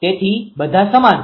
તેથી બધા સમાન છે